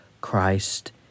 Christ